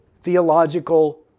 theological